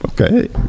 okay